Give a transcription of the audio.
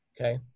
Okay